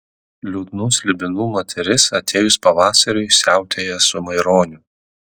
liūdnų slibinų moteris atėjus pavasariui siautėja su maironiu